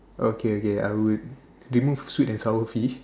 okay okay I would remove sweet and sour fish